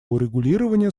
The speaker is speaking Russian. урегулирования